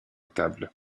table